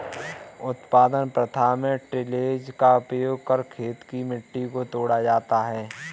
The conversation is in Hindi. उत्पादन प्रथा में टिलेज़ का उपयोग कर खेत की मिट्टी को तोड़ा जाता है